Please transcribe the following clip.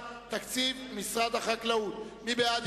לתקציב משרד החקלאות לשנת 2009. מי בעד?